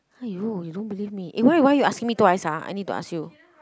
!aiyo! you don't believe me eh why why you asking me twice ah I need to ask you